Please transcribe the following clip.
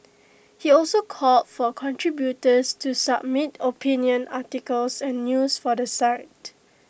he also called for contributors to submit opinion articles and news for the site